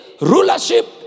rulership